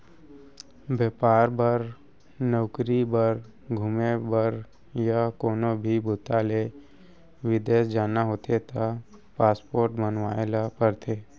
बेपार बर, नउकरी बर, घूमे बर य कोनो भी बूता ले बिदेस जाना होथे त पासपोर्ट बनवाए ल परथे